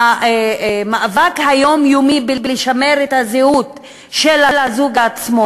והמאבק היומיומי לשמר את הזהות של הזוג עצמו.